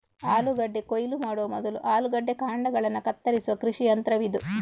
ಆಲೂಗೆಡ್ಡೆ ಕೊಯ್ಲು ಮಾಡುವ ಮೊದಲು ಆಲೂಗೆಡ್ಡೆ ಕಾಂಡಗಳನ್ನ ಕತ್ತರಿಸುವ ಕೃಷಿ ಯಂತ್ರವಿದು